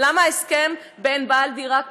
למה הסכם עם בעל דירה קביל,